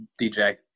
DJ